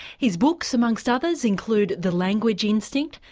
his books, amongst others, include the language instinct,